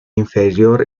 inferior